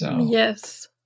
Yes